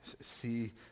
see